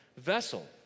vessel